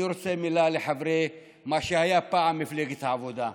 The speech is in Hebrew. אני רוצה מילה לחברי מה שהייתה פעם מפלגת העבודה.